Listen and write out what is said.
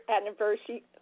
anniversary